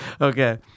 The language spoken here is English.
okay